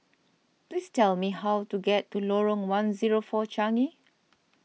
please tell me how to get to Lorong one zero four Changi